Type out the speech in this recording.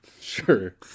sure